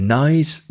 nice